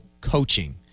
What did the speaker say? coaching